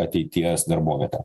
ateities darbovietę